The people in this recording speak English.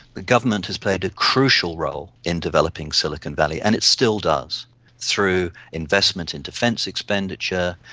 the government has played a crucial role in developing silicon valley and it still does through investment in defence expenditure,